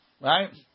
Right